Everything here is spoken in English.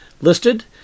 listed